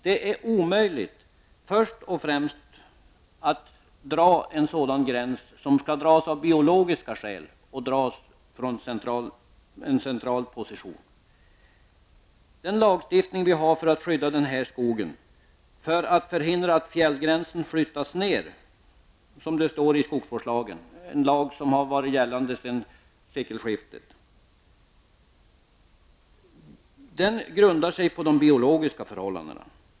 Det är omöjligt att från en central position dra en gräns av biologiska skäl. Den lagstiftning vi har för att skydda den här skogen, ''för att förhindra att fjällgränsen flyttas ner'', som det står i skogsvårdslagen -- en lag som har gällt sedan sekelskiftet -- grundar sig på de biologiska förhållandena.